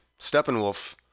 Steppenwolf